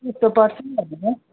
सस्तो पर्छ नि भनेर